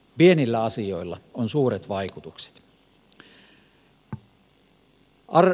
pienillä asioilla on suuret vaikutukset